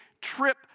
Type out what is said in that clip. trip